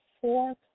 fourth